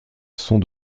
sont